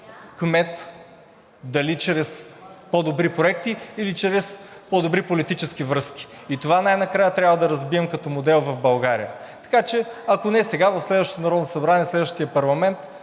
кмет, дали чрез по-добри проекти или чрез по-добри политически връзки. Това най-накрая трябва да разбием като модел в България. Така че ако не сега, в следващото Народно събрание, в следващия парламент,